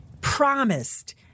promised